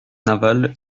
navale